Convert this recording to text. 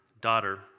Daughter